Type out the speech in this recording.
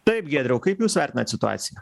taip giedriau kaip jūs vertinat situaciją